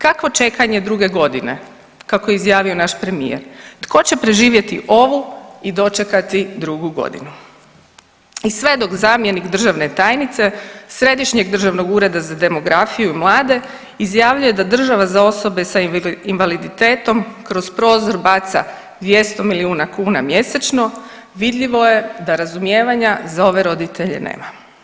Kakvo čekanje druge godine kako je izjavio naš premijer, tko će preživjeti ovu i dočekati drugu godinu i sve dok zamjenik državne tajnice Središnjeg državnog ureda za demografiju i mlade izjavljuje da država za osobe sa invaliditetom kroz prozor baca 200 milijuna kuna mjesečno vidljivo je da razumijevanja za ove roditelje nema.